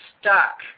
stuck